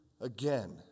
again